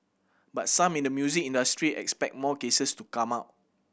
but some in the music industry expect more cases to come out